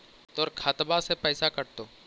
तोर खतबा से पैसा कटतो?